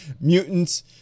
mutants